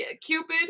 Cupid